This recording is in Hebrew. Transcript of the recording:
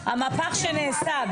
60% מהסטודנטים הערבים בטכניון הן נשים.